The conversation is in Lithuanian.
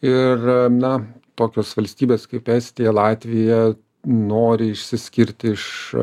ir na tokios valstybės kaip estija latvija nori išsiskirti iš